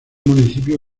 municipio